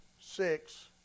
six